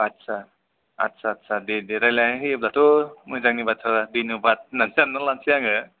आदसा आदसा आदसा दे दे दे रायज्लायनानै होयोब्लाथ' मोजांनि बाथ्रा धन्यबाद होनानैसो साना लानोसै आङो